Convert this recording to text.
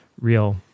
real